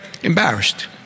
embarrassed